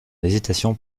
hésitation